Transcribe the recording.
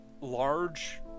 large